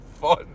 fun